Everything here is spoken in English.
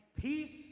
Peace